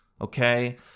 Okay